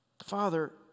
Father